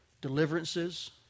deliverances